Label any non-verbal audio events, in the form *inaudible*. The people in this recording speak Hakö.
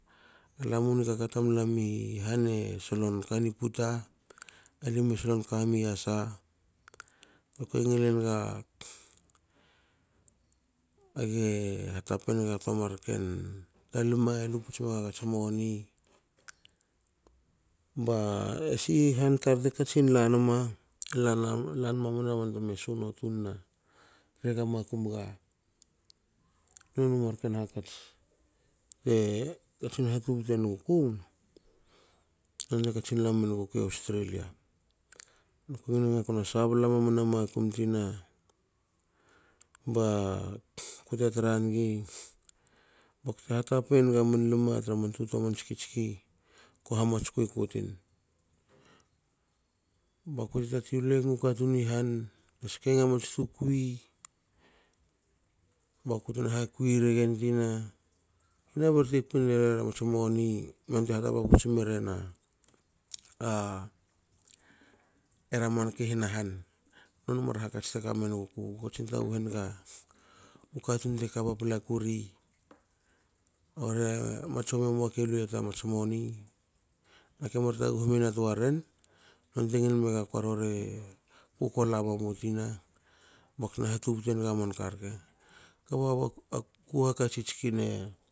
Alam u nikaka tamalam i *hesitation* han *hesitation* solon kani puta alimue solon kami yasa. akue ngil enaga age *hesitation* hatape naga toa marken lma luputs megagats moni ba *hesitation* esi han tar te katsin lanma. lan mamana ban teme suno tunna trega makum ga noniu marken hakats te *hesitation* katsin ha tubutu enuguku. nonte katsin lamen gukui australia. Kongile naga kona sabla mamana makum tina ba *hesitation* kute tra nigi bakute hatap man lme tra man tutua man tskitski kui ku tin bakute tati luemu katun i han ske naga mats tukui. bakutna hakui regen tina na barte kuine ramats moni nonte hatapa puts meren *hesitation* era manki hana han. Noniu mar hakats teka menguku katsin taguhe naga u katun teka paplaku ri *unintelligible* matsomi emua ki luiya ta mats moni nake mar taguhu mena toaren, nonte ngil megakua rori *hesitation* a kuko la mam wi tina baktna hatubte enga manka rke kba *unintelligible* ku hakatsin tski ne *hesitation*